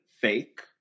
fake